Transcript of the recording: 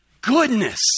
goodness